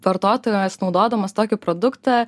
vartotojas naudodamas tokį produktą